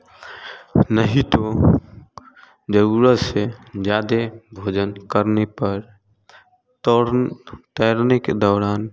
नहीं तो ज़रूरत से ज़्यादा भोजन करने पर तोरने तैरने के दौरान